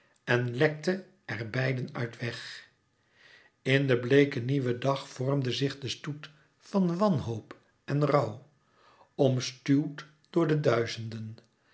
en lekte er beiden uit weg in den bleeken nieuwen dag vormde zich de stoet van wanhoop en rouw omstuwd door de duizenden